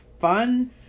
fun